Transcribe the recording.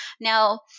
Now